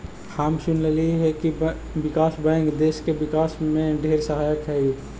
हम सुनलिअई हे विकास बैंक देस के विकास में ढेर सहायक हई